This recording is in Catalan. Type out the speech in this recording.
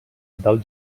del